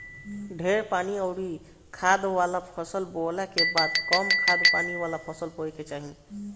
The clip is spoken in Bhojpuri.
ढेर पानी अउरी खाद वाला फसल बोअला के बाद कम खाद पानी वाला फसल बोए के चाही